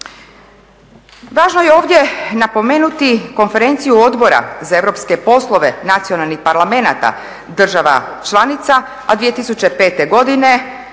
Važno je ovdje napomenuti konferenciju Odbora za europske poslove nacionalnih parlamenata država članica, a 2005. godine